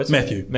Matthew